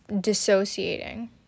dissociating